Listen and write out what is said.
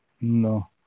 No